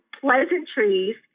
pleasantries